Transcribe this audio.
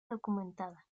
documentada